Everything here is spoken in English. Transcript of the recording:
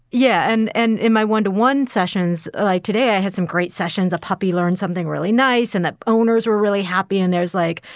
yeah. and and my one to one sessions like today i had some great sessions, a puppy learn something really nice and that owners were really happy. and there's like,